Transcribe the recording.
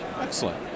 Excellent